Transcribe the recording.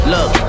Look